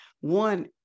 one